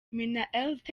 minnaert